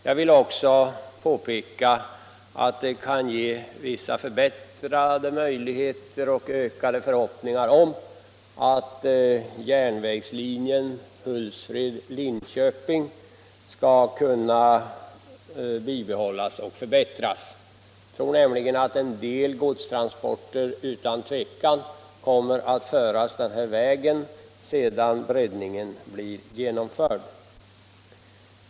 Jag vill också säga att detta kan innebära vissa ökade möjligheter att bibehålla och förbättra järnvägslinjen Hultsfred-Linköping. En del godstransporter kommer utan tvivel att föras den här vägen sedan breddningen genomförts.